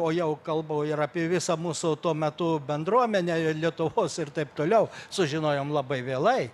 o jau kalbu ir apie visą mūsų tuo metu bendruomenę lietuvos ir taip toliau sužinojom labai vėlai